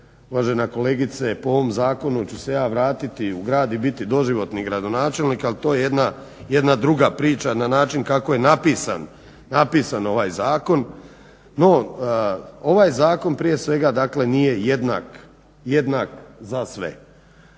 uvažena kolegice po ovom zakonu ću se ja vratiti u grad i biti doživotni gradonačelnik ali to je jedna druga priča na način kako je napisan ovaj zakon. No, ovaj zakon prije svega dakle nije jednak za sve.